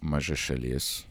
maža šalis